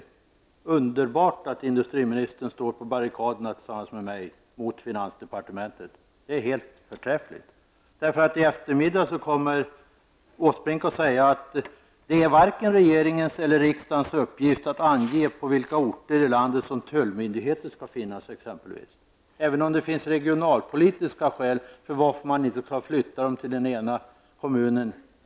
Det är underbart att industriministern står på barrikaderna tillsammans med mig mot finansdepartementet. Det är förträffligt. I eftermiddag kommer nämligen Åsbrink att säga att det inte är vare sig regeringens eller riksdagens uppgift att exempelvis ange på vilka orter i landet det skall finnas tullmyndigheter. Det kan finnas regionalpolitiska skäl till att man inte flyttar tullmyndigheter till vissa kommuner.